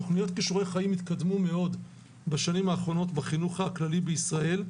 תוכניות כישורי חיים התקדמו מאוד בשנים האחרונות בחינוך הכללי בישראל,